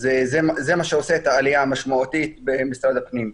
זה מה שעושה את העליה המשמעותית במשרד הפנים.